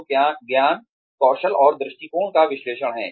जो ज्ञान कौशल और दृष्टिकोण का विश्लेषण है